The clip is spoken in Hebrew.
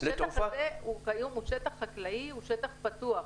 השטח הזה כיום הוא שטח חקלאי, הוא שטח פתוח.